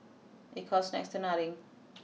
it costs next to nothing